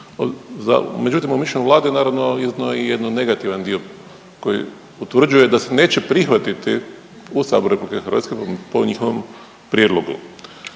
Međutim, u mišljenju Vlade naravno iznio je i jedan negativan dio koji utvrđuje da se neće prihvatiti Ustav Republike Hrvatske po njihovom prijedlogu.